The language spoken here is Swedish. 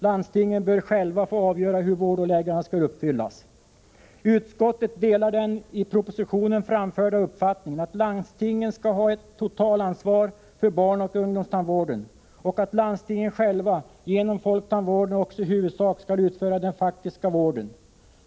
Landstingen bör själva få avgöra hur vårdåläggandet skall uppfyllas. Utskottet delar den i propositionen framförda uppfattningen att landstingen skall ha ett totalansvar för barnoch ungdomstandvården och att landstingen själva — genom folktandvården — också i huvudsak skall utföra den faktiska vården.